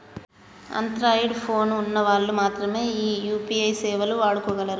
Android phone ఉన్న వాళ్ళు మాత్రమె ఈ యూ.పీ.ఐ సేవలు వాడుకోగలరు